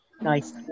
Nice